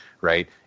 Right